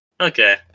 Okay